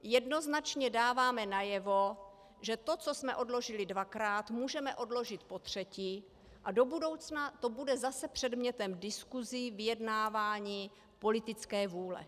Jednoznačně dáváme najevo, že to, co jsme odložili dvakrát, můžeme odložit potřetí a do budoucna to bude zase předmětem diskusí, vyjednávání, politické vůle.